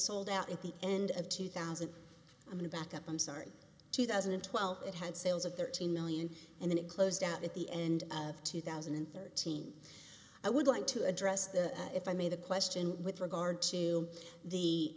sold out at the end of two thousand i'm going back up i'm sorry two thousand and twelve it had sales of thirteen million and then it closed out at the end of two thousand and thirteen i would like to address the if i may the question with regard to the